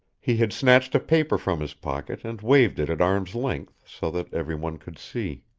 he had snatched a paper from his pocket and waved it at arm's-length so that everyone could see.